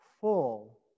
full